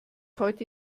heute